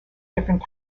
different